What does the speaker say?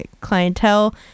clientele